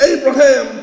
Abraham